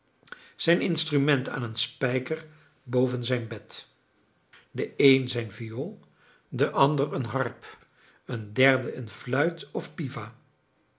zijn instrument aan een spijker boven zijn bed de een zijn viool de ander een harp een derde een fluit of piva